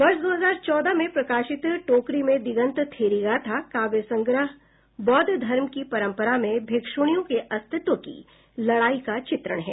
वर्ष दो हजार चौदह में प्रकाशित टोकरी में दिगंत थेरी गाथा काव्य संग्रह बौद्ध धर्म की परम्परा में भिक्षुणियों के अस्तित्व की लड़ाई का चित्रण है